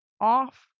off